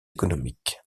économiques